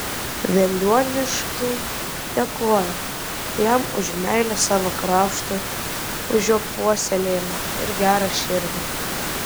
veliuoniškiai dėkoja jam už meilę savo kraštui už jo puoselėjimą ir gerą širdį